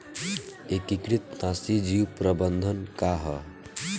एकीकृत नाशी जीव प्रबंधन का ह?